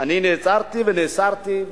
אני נעצרתי ונאסרתי,